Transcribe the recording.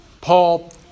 Paul